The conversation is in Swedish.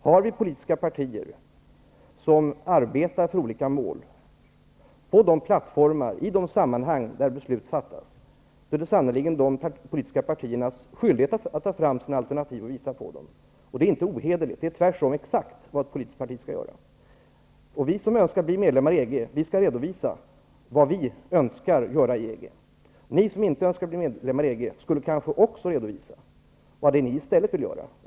Har vi politiska partier som arbetar för olika mål på de plattformar och i de sammanhang där beslut fattas, är det sannerligen de politiska partiernas skyldighet att ta fram sina alternativ och visa på dem. Det är inte ohederligt. Det är tvärtom exakt vad ett politiskt parti skall göra. Vi som önskar att Sverige skall bli medlem i EG skall redovisa vad vi önskar göra inom EG. Ni som inte önskar att Sverige skall bli medlem i EG skulle kanske redovisa vad ni i stället vill göra.